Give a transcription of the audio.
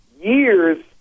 years